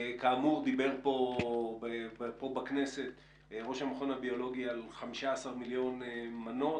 דיבר פה בכנסת ראש המכון הביולוגי על 15 מיליון מנות.